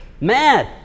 Mad